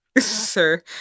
Sir